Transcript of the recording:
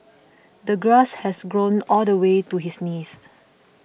the grass had grown all the way to his knees